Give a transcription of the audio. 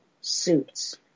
suits